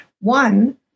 One